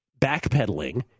backpedaling